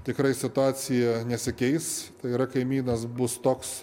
tikrai situacija nesikeis tai yra kaimynas bus toks